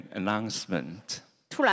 announcement